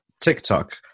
TikTok